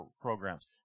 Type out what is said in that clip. programs